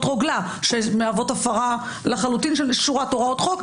רוגלה שמהוות הפרה לחלוטין של שורת הוראות חוק.